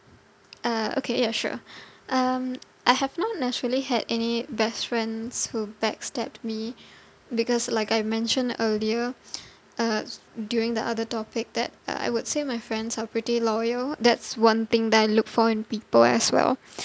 uh okay ya sure um I have not naturally had any best friends who backstabbed me because like I mentioned earlier uh during the other topic that I would say my friends are pretty loyal that's one thing that I look for in people as well